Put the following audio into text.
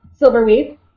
Silverweave